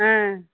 ꯑꯥ